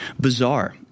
Bizarre